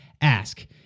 ask